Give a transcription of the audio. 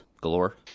galore